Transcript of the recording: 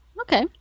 Okay